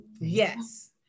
Yes